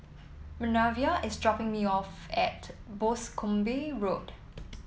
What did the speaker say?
Minervia is dropping me off at Boscombe Road